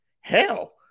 hell